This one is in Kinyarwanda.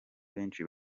benshi